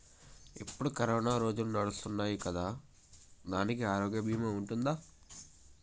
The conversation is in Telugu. ఇప్పుడు కరోనా రోజులు నడుస్తున్నాయి కదా, దానికి ఆరోగ్య బీమా ఉందా?